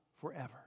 forever